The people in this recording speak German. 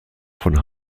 von